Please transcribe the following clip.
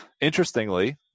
Interestingly